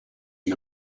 and